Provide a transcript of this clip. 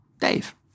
Dave